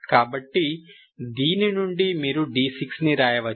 కాబట్టి దీని నుండి మీరు d6ని వ్రాయవచ్చు